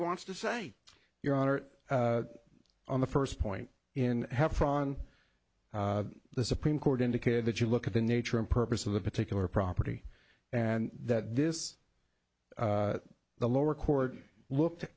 wants to say your honor on the first point in have fun the supreme court indicated that you look at the nature and purpose of the particular property and that this the lower court looked